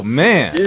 man